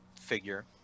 figure